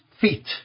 feet